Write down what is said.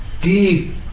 deep